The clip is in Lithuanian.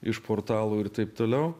iš portalų ir taip toliau